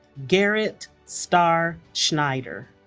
garrett star schneider